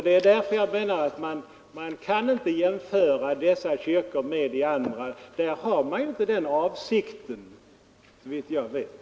Det är därför jag menar att man inte kan jämföra dessa kyrkor med de andra, som såvitt jag vet inte har denna avsikt att upphöra med verksamheten.